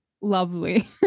lovely